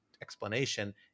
explanation